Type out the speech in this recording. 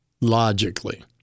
logically